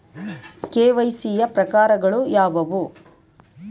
KYC ಯ ಪ್ರಕಾರಗಳು ಯಾವುವು?